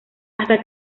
hasta